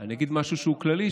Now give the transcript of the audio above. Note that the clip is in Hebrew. אני אגיד משהו כללי,